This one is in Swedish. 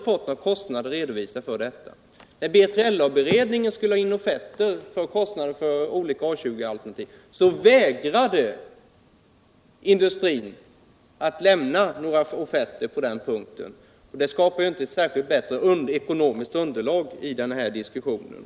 Inga kostnader har redovisats. När B3JLA-beredningen skulle ha in offener för kostnader beträffande olika A 20-alternativ, så vägrade industrin att lämna några offerter, vilket inte skapade ett särskilt bra ekonomiskt underlag i den här diskussionen.